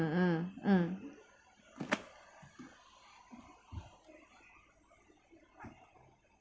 mm mm mm